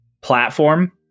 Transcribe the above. platform